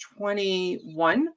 21